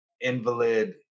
invalid